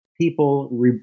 people